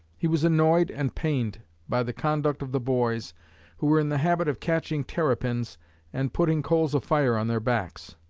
he was annoyed and pained by the conduct of the boys who were in the habit of catching terrapins and putting coals of fire on their backs.